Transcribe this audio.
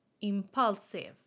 impulsive